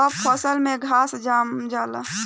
सब फसल में घास जाम जाला